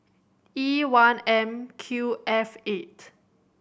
E one M Q F eight